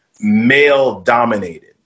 male-dominated